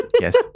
yes